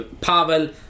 Pavel